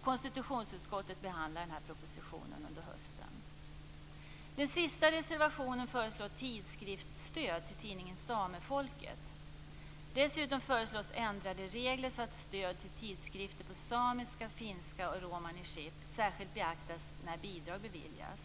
Konstitutionsutskottet behandlar propositionen under hösten. Den sista reservationen föreslår tidskriftsstöd till tidningen Samefolket. Dessutom föreslås ändrade regler så att stöd till tidskrifter på samiska, finska och romani chib särskilt beaktas när bidrag beviljas.